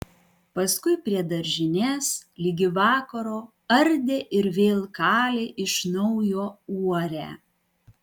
paskui prie daržinės ligi vakaro ardė ir vėl kalė iš naujo uorę